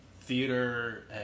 theater